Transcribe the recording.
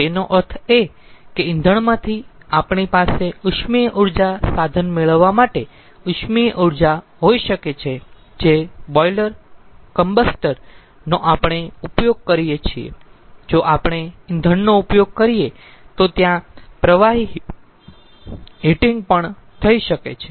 તેનો અર્થ એ કે ઇંધણમાંથી આપણી પાસે ઉષ્મીય ઊર્જા સાધન મેળવવા માટે ઉષ્મીય ઊર્જા હોઈ શકે છે જે બોઈલર કમ્બેસ્ટર નો આપણે ઉપયોગ કરીયે છીએ જો આપણે ઇંધણનો ઉપયોગ કરીયે તો ત્યાં પ્રવાહી હીટિંગ પણ થઈ શકે છે